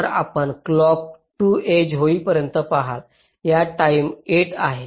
तर आपण clock 2 edge येईपर्यंत पहाल या टाईम 8 आहे